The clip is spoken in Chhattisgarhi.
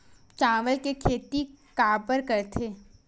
चावल के खेती काबर करथे?